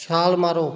ਛਾਲ ਮਾਰੋ